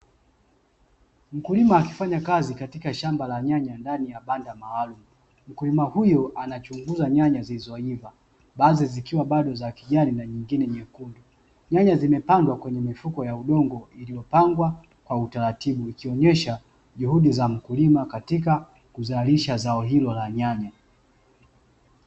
Mkulima akifanya kazi katika shamba la nyanya ndani ya banda maalumu, mkulima huyu anachunguza nyanya zilizoiva baadhi zikiwa bado za kijani na nyingine nyekundu, nyanya zimepandwa kwenye mifuko ya udongo iliyopangwa kwa utaratibu, ikionyesha juhudi za mkulima katika kuzalisha zao hilo la nyanya.